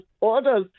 orders